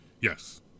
Yes